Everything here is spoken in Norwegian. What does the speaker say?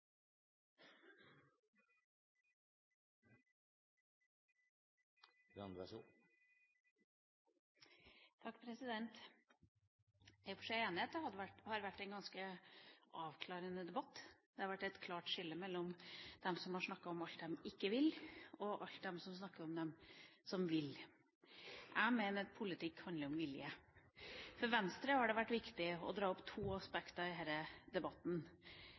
for seg enig i at det har vært en ganske avklarende debatt. Det har vært et klart skille mellom de som har snakket om alt de ikke vil, og de som snakker om alt de vil. Jeg mener at politikk handler om vilje. For Venstre har det vært viktig å trekke opp to aspekter i denne debatten.